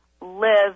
live